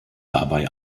dabei